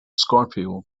scorpio